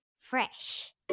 fresh